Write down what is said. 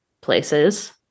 places